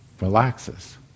relaxes